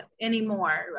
anymore